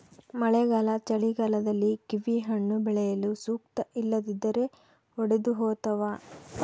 ಮಳೆಗಾಲ ಚಳಿಗಾಲದಲ್ಲಿ ಕಿವಿಹಣ್ಣು ಬೆಳೆಯಲು ಸೂಕ್ತ ಇಲ್ಲದಿದ್ದರೆ ಒಡೆದುಹೋತವ